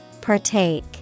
Partake